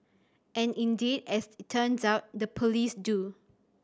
and indeed as turns out the police do